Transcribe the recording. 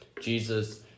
Jesus